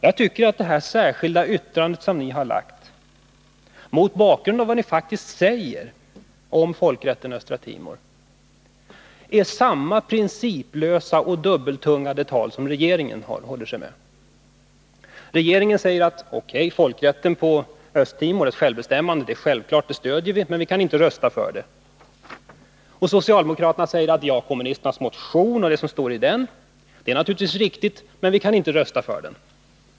Jag tycker att ert särskilda yttrande, mot bakgrund av vad ni faktiskt säger om folkrätten i Östra Timor, innebär samma principlösa och dubbeltungade tal som regeringen håller sig med. Regeringen säger att den självklart stöder folkrätten och ett självbestämmande på Östra Timor men att den inte kan rösta för det. Socialdemokraterna säger att det som står i kommunisternas motion naturligtvis är riktigt men att man inte kan biträda den.